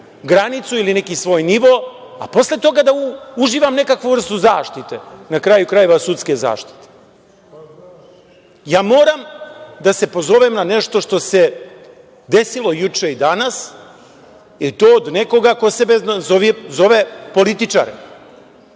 granicu ili neki svoj nivo, a posle toga da uživam neku vrstu zaštite, na kraju krajeva sudske zaštite? Moram da se pozovem na nešto što se desilo juče i danas i to od nekoga ko sebe zove političarem.